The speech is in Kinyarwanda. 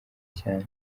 cyane